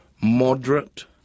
moderate